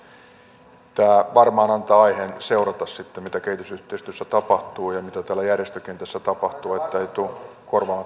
tämä varmaan antaa aiheen seurata sitten mitä kehitysyhteistyössä tapahtuu ja mitä täällä järjestökentässä tapahtuu että ei tule korvaamattomia vaurioita